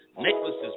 necklaces